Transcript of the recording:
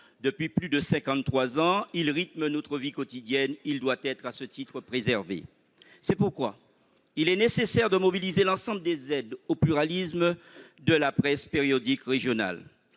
Depuis plus de cinquante-trois ans, il rythme notre vie quotidienne, il doit être à ce titre préservé. C'est pourquoi il est nécessaire de mobiliser l'ensemble des aides au pluralisme de la presse périodique régionale.